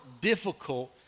difficult